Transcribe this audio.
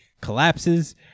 collapses